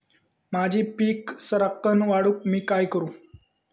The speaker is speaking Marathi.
माझी पीक सराक्कन वाढूक मी काय करू?